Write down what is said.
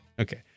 Okay